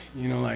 you know, like